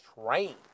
train